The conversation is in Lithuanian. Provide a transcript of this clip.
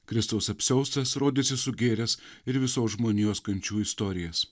kristaus apsiaustas rodėsi sugėręs ir visos žmonijos kančių istorijas